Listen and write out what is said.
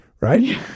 right